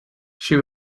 she